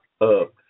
up